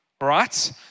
right